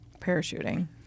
parachuting